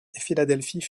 philadelphie